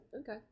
Okay